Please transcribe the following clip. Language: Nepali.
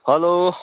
हेलो